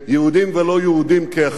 יהודים ולא-יהודים כאחד.